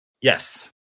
Yes